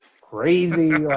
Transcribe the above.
crazy